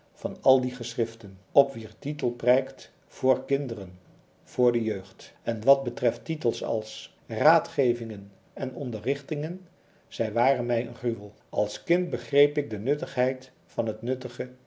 van al die geschriften op wier titel prijkt voor kinderen voor de jeugd en wat betreft titels als raadgevingen en onderrigtingen zij waren mij een gruwel als kind begreep ik de nuttigheid van het nuttige